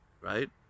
right